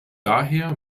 daher